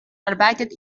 arbeitet